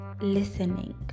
listening